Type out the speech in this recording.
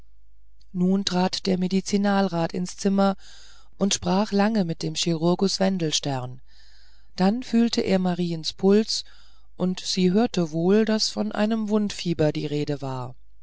nun trat der medizinalrat ins zimmer und sprach lange mit dem chirurgus wendelstern dann fühlte er mariens puls und sie hörte wohl daß von einem wundfieber die rede war